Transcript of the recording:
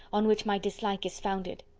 on which my dislike is founded.